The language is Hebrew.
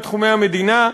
בתחומי המדינה,